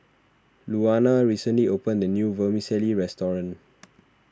Louanna recently opened the new Vermicelli restaurant